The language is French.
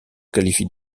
qualifie